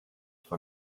vor